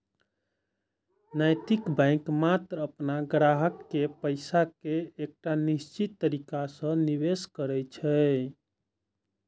नैतिक बैंक मात्र अपन ग्राहक केर पैसा कें एकटा निश्चित तरीका सं निवेश करै छै